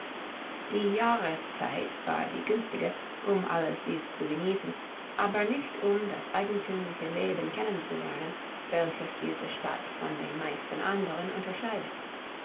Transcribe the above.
die jahreszeit war die günstigste um alles dies zu genießen aber nicht um das eigentümliche leben kennenzulernen welches diese stadt von den meisten anderen unterscheidet